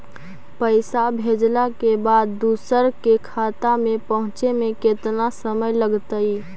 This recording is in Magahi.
पैसा भेजला के बाद दुसर के खाता में पहुँचे में केतना समय लगतइ?